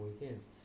weekends